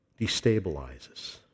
destabilizes